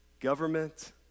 government